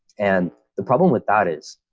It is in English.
and the problem with that is,